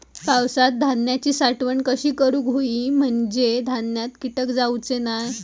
पावसात धान्यांची साठवण कशी करूक होई म्हंजे धान्यात कीटक जाउचे नाय?